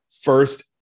first